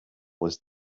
was